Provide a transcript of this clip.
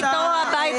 לא על בלפור.